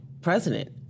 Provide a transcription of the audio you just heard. president